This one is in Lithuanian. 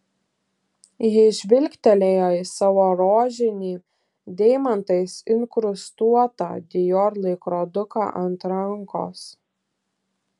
ji žvilgtelėjo į savo rožinį deimantais inkrustuotą dior laikroduką ant rankos